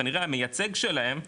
כנראה המייצג שלהם,